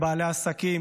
בעלי עסקים,